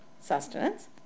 sustenance